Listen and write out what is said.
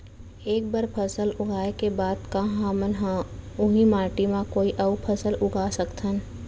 एक बार फसल उगाए के बाद का हमन ह, उही माटी मा कोई अऊ फसल उगा सकथन?